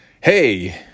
hey